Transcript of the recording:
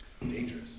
Dangerous